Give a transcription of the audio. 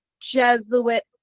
Jesuit